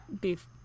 Beef